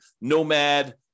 Nomad